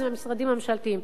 המשרדים הממשלתיים.